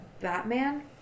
Batman